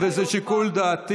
אני מבין, וזה שיקול דעתי.